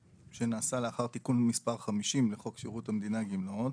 שנעשה לאחר תיקון מס' 50 לחוק שירות המדינה (גמלאות).